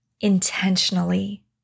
intentionally